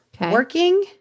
working